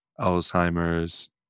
Alzheimer's